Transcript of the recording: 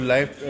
Life